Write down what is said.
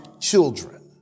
children